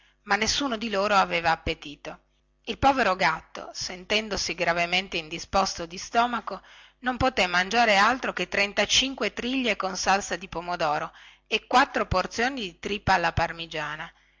ma nessuno di loro aveva appetito il povero gatto sentendosi gravemente indisposto di stomaco non poté mangiare altro che trentacinque triglie con salsa di pomodoro e quattro porzioni di trippa alla parmigiana